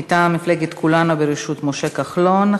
מטעם מפלגת כולנו בראשות משה כחלון,